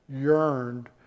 yearned